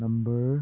number